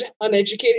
uneducated